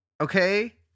Okay